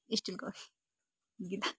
स्टिलको